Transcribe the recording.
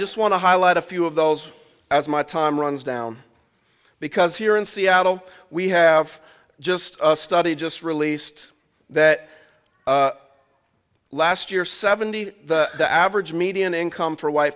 just want to highlight a few of those as my time runs down because here in seattle we have just a study just released that last year seventy the average median income for w